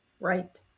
Right